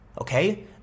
Okay